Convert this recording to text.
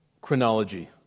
chronology